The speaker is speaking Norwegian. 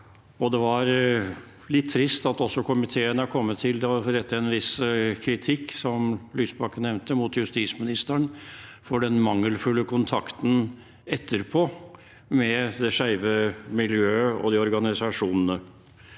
nevnte, litt trist at også komiteen har kommet til å rette en viss kritikk mot justisministeren for den mangelfulle kontakten etterpå med det skeive miljøet og de organisasjonene.